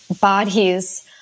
bodies